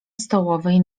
stołowej